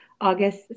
August